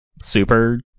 super